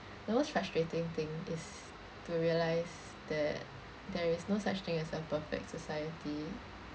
the most frustrating thing is to realise that there is no such thing as a perfect society